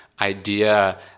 idea